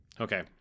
Okay